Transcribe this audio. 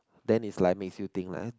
then is like makes you think